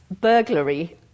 burglary